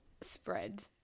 spread